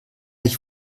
ich